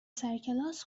سرکلاس